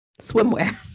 swimwear